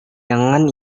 jangan